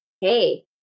hey